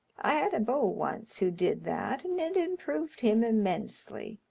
i had a beau once who did that and it improved him immensely.